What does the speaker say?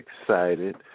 excited